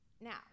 now